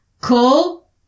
Call